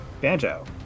banjo